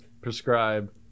prescribe